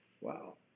Wow